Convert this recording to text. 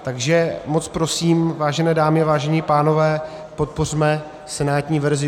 Takže moc prosím, vážené dámy a vážení pánové, podpořme senátní verzi.